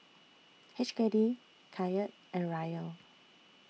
H K D Kyat and Riel